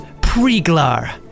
Preglar